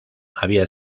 había